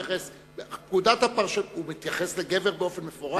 הוא מתייחס לגבר באופן מפורש?